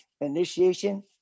initiation